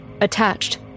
Attached